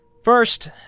First